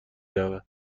رود